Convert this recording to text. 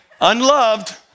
Unloved